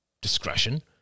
discretion